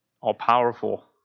all-powerful